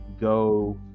go